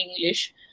English